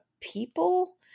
people